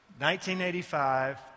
1985